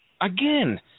Again